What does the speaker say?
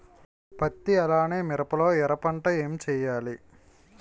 పత్తి అలానే మిరప లో ఎర పంట ఏం వేయాలి?